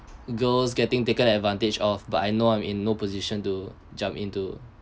girls getting taken advantage of but I know I'm in no position to jump into